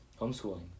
homeschooling